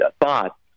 thoughts